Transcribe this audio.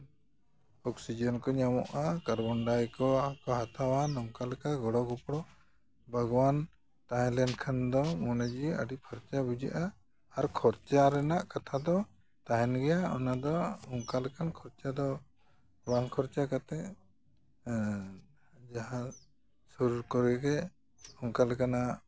oxygen ᱠᱚ ᱧᱟᱢᱚᱜᱼᱟ carbon dioxide ᱠᱚ ᱦᱟᱛᱟᱣᱟ ᱱᱚᱝᱠᱟᱞᱮᱠᱟ ᱞᱮᱠᱟ ᱜᱚᱲᱚ ᱜᱚᱯᱚᱲᱚ ᱵᱟᱜᱽᱣᱟᱱ ᱛᱟᱦᱮᱸ ᱞᱮᱱᱠᱷᱟᱱ ᱫᱚ ᱢᱚᱱᱮ ᱡᱤᱣᱤ ᱟᱹᱰᱤ ᱯᱷᱟᱨᱪᱟ ᱵᱩᱡᱷᱟᱹᱜᱼᱟ ᱟᱨ ᱠᱷᱚᱨᱪᱟ ᱨᱮᱱᱟᱜ ᱠᱟᱛᱷᱟ ᱫᱚ ᱛᱟᱦᱮᱱ ᱜᱮᱭᱟ ᱚᱱᱟ ᱫᱚ ᱚᱱᱠᱟ ᱞᱮᱠᱟᱱ ᱠᱷᱚᱨᱪᱟ ᱫᱚ ᱵᱟᱝ ᱠᱷᱚᱨᱪᱟ ᱠᱟᱛᱮ ᱡᱟᱦᱟᱸ ᱥᱩᱨ ᱠᱚᱨᱮᱜᱮ ᱚᱱᱠᱟ ᱞᱮᱠᱟᱱᱟᱜ